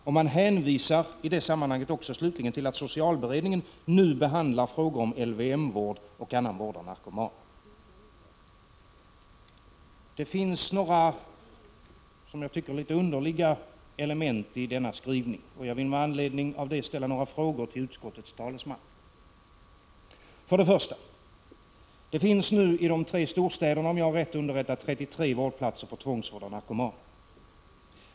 Man hänvisar i det sammanhanget slutligen till att socialberedningen nu behandlar frågor om LVM-vård och annan vård av narkomaner. Det finns några som jag tycker mycket underliga inslag i denna skrivning, och jag vill med anledning av det ställa några frågor till utskottets talesman. För det första: Det finns nu i de tre storstäderna — om jag är riktigt underrättad — 33 vårdplatser för tvångsvård av narkomaner.